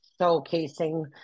showcasing